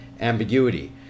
ambiguity